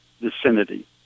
vicinity